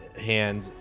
hand